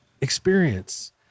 experience